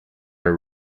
are